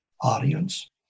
audience